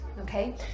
Okay